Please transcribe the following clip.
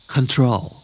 Control